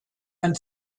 and